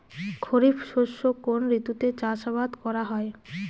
খরিফ শস্য কোন ঋতুতে চাষাবাদ করা হয়?